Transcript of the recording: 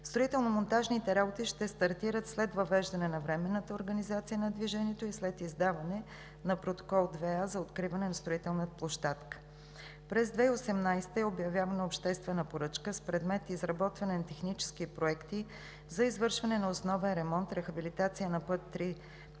Строително-монтажните работи ще стартират след въвеждане на временната организация на движението и след издаване на Протокол № 2а за откриване на строителна площадка. През 2018 г. е обявявана обществена поръчка с предмет „Изработване на технически проекти за извършване на основен ремонт (рехабилитация) на път